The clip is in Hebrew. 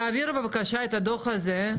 תעבירו בבקשה את הדוח הזה,